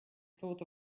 thought